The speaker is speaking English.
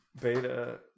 beta